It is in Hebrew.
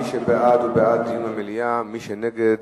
מי שבעד הוא בעד דיון במליאה, מי שנגד